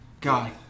God